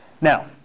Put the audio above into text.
Now